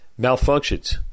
malfunctions